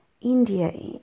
India